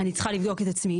אני צריכה לבדוק את עצמי.